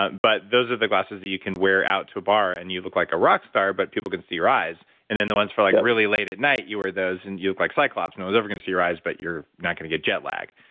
but but those are the glasses that you can wear out to a bar and you look like a rock star, but people can see your eyes, and then the ones for like really late at night, you wear those and you look like cyclops, no and one's ever going to see your eyes but you're not going to get jet lag,